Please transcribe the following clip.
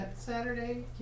Saturday